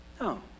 No